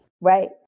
Right